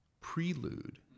prelude